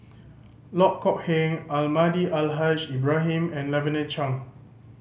Loh Kok Heng Almahdi Al Haj Ibrahim and Lavender Chang